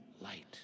light